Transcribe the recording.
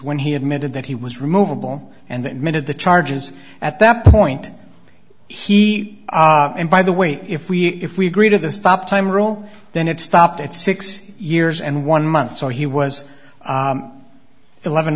when he admitted that he was removable and that minute the charges at that point he and by the way if we if we agree to the stop time rule then it stopped at six years and one month so he was eleven